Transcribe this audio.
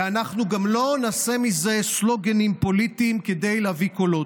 ואנחנו גם לא נעשה מזה סלוגנים פוליטיים כדי להביא קולות.